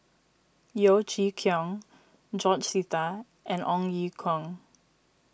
Yeo Chee Kiong George Sita and Ong Ye Kung